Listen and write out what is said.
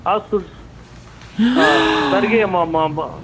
अस्तु च् तर्हि म् म् ब्